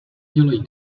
dělají